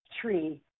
tree